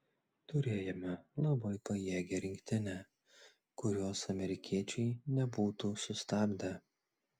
turėjome labai pajėgią rinktinę kurios amerikiečiai nebūtų sustabdę